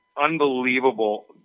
unbelievable